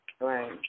Right